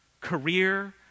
career